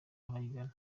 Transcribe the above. abayigana